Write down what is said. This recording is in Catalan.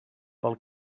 pel